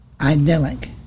Idyllic